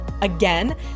Again